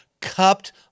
Cupped